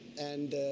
and,